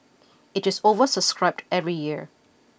it is oversubscribed every year